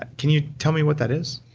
can you tell me what that is?